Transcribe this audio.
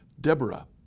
Deborah